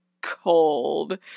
cold